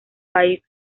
país